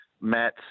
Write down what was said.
met